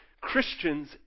Christians